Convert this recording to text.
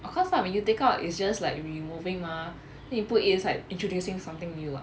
of course lah when you take out it's just like removing mah then you put it aside introducing something new [what]